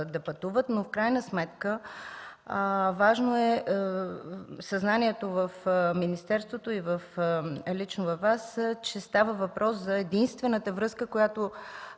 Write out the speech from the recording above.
да пътуват, но в крайна сметка важно е съзнанието в министерството и лично във Вас, че става въпрос за единствената връзка, която